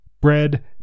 Bread